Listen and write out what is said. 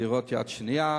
לדירות יד שנייה.